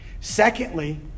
Secondly